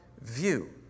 view